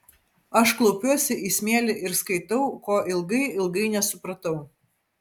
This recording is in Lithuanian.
aš klaupiuosi į smėlį ir skaitau ko ilgai ilgai nesupratau